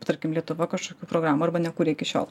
tarkim lietuva kažkokių programų arba nekuria iki šiol